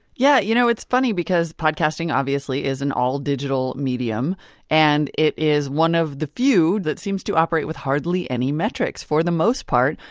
yeah, you know it's funny because podcasting obviously is an all-digital medium and it is one of the few that seems to operate with hardly any metrics. for the most part,